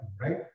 right